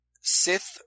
Sith